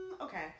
Okay